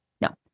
No